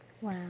wow